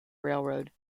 railroad